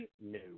No